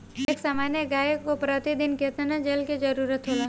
एक सामान्य गाय को प्रतिदिन कितना जल के जरुरत होला?